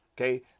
okay